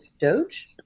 Doge